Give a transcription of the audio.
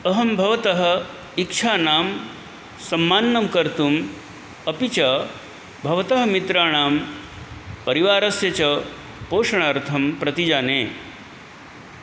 अहं भवतः इच्छाः सम्मानं कर्तुम् अपि च भवतः मित्राणां परिवारस्य च पोषणार्थं प्रतिजाने